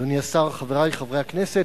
אדוני השר, חברי חברי הכנסת,